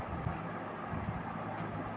सेवा कर सॅ सेहो सरकारक राजकोष मे वृद्धि होइत छै